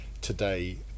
today